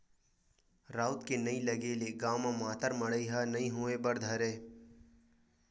राउत के नइ लगे ले गाँव म मातर मड़ई ह नइ होय बर धरय